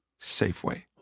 Safeway